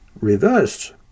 reversed